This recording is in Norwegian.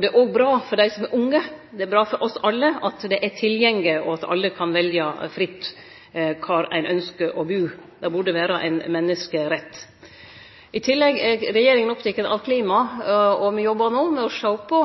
Det er òg bra for dei som er unge – det er bra for oss alle – at det er tilgjenge, og at alle kan velje fritt kvar ein ynskjer å bu. Det burde vere ein menneskerett. I tillegg er regjeringa oppteken av klima. Me jobbar no med å sjå på